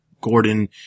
Gordon